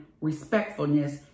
respectfulness